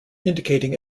indicating